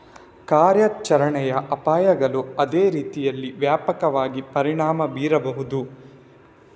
ಕಾರ್ಯಾಚರಣೆಯ ಅಪಾಯಗಳು ಅದೇ ರೀತಿಯಲ್ಲಿ ವ್ಯಾಪಕವಾಗಿ ಪರಿಣಾಮ ಬೀರಬಹುದು